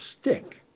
stick